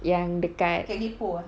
yang dekat